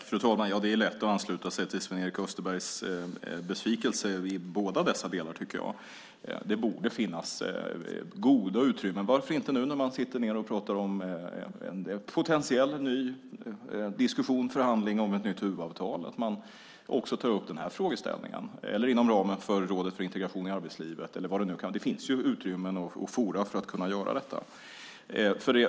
Fru talman! Det är lätt att ansluta sig till Sven-Erik Österbergs besvikelse i båda dessa delar. Det borde finnas goda utrymmen. Varför inte ta upp även denna frågeställning när man sitter ned för en potentiell ny förhandling om ett nytt huvudavtal? Eller så kan man göra det inom ramen för Rådet för integration i arbetslivet. Det finns utrymmen och forum för att kunna göra detta.